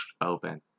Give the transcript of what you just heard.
open